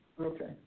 okay